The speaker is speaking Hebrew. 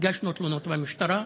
תלונות למשטרה.